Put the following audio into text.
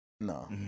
No